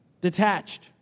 detached